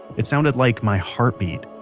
it sounded like my heartbeat.